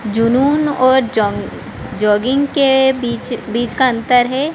जुनून और जॉगिंग के बीच बीच का अन्तर है